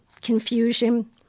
confusion